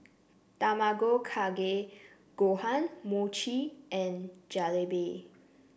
Tamago Kake Gohan Mochi and Jalebi